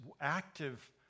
active